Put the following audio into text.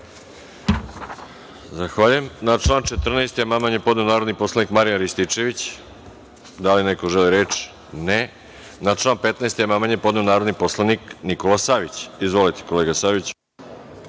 Zahvaljujem. Na član 14. amandman je podneo narodni poslanik Marijan Rističević. Da li neko želi reč? (Ne.)Na član 15. amandman je podneo narodni poslanik Nikola Savić. Izvolite, kolega Savić.